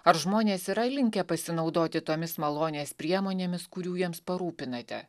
ar žmonės yra linkę pasinaudoti tomis malonės priemonėmis kurių jiems parūpinate